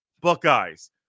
Buckeyes